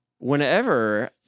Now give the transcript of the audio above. Whenever